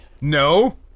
No